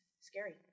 scary